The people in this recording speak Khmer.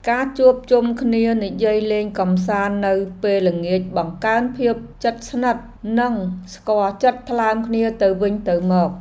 ការជួបជុំគ្នានិយាយលេងកម្សាន្តនៅពេលល្ងាចបង្កើនភាពជិតស្និទ្ធ និងស្គាល់ចិត្តថ្លើមគ្នាទៅវិញទៅមក។